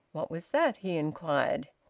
what was that? he inquired.